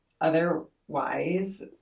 otherwise